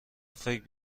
فکر